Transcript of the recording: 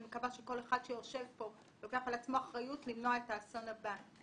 אני מקווה שכל אחד שיושב פה ייקח על עצמו אחריות למנוע את האסון הבא.